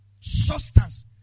substance